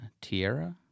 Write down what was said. Tierra